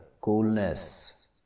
coolness